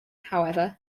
however